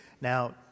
Now